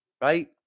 right